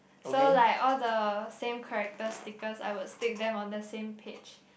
so like all the same character stickers I would stick them on the same page